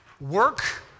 work